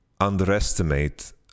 underestimate